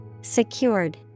Secured